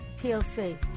TLC